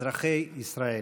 אזרחי ישראל.